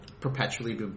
perpetually